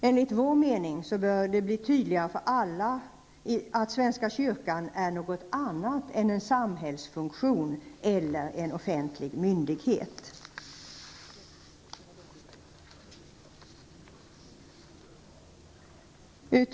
Enligt vår mening bör det bli tydligare för alla att svenska kyrkan är något annat än en samhällsfunktion eller en offentlig myndighet.